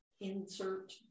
insert